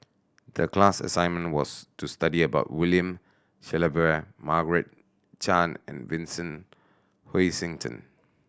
the class assignment was to study about William Shellabear Margaret Chan and Vincent Hoisington